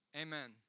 amen